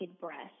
breast